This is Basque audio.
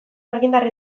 argindar